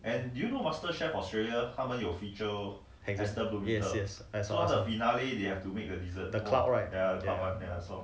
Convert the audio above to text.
yes yes I saw the cloud right